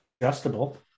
adjustable